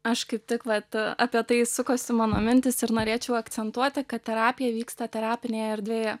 aš kaip tik vat apie tai sukosi mano mintys ir norėčiau akcentuoti kad terapija vyksta terapinėje erdvėje